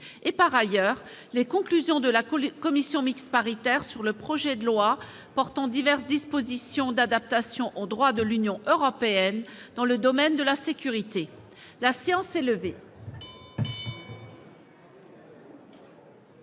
265, 2017-2018). Conclusions de la commission mixte paritaire sur le projet de loi portant diverses dispositions d'adaptation au droit de l'Union européenne dans le domaine de la sécurité (n° 105,